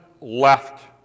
left